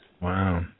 Wow